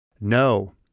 No